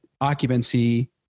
occupancy